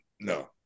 no